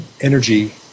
energy